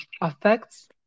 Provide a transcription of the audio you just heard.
affects